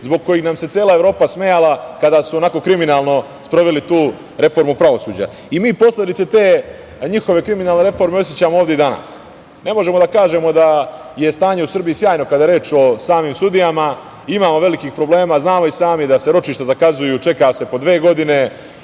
zbog kojih nam se cela Evropa smejala kada su onako kriminalno sproveli tu reformu pravosuđa. Mi posledice te njihove kriminalne reforme osećamo i danas. Ne možemo da kažemo da je stanje u Srbiji sjajno kada je reč o samim sudijama. Imamo velikih problema. Znamo i sami da se ročišta zakazuju, čeka se po dve godine.